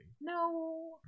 No